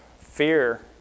fear